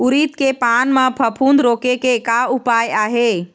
उरीद के पान म फफूंद रोके के का उपाय आहे?